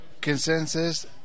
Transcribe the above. consensus